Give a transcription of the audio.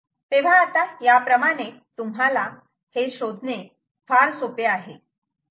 तेव्हा आता याप्रमाणे तुम्हाला हे शोधणे फार सोपे आहे